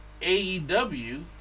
AEW